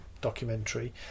documentary